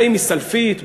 באים מסלפית,